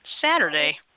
Saturday